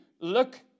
look